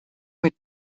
mit